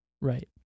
Right